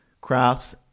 crafts